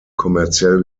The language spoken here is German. kommerziell